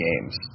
games